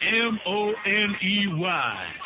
M-O-N-E-Y